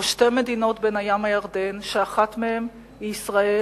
או שתי מדינות בין הים לירדן שאחת מהן היא ישראל,